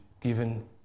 given